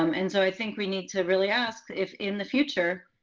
um and so, i think, we need to really ask if, in the future,